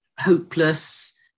hopeless